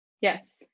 Yes